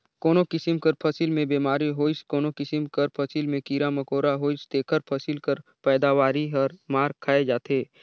कोनो किसिम कर फसिल में बेमारी होइस कोनो किसिम कर फसिल में कीरा मकोरा होइस तेकर फसिल कर पएदावारी हर मार खाए जाथे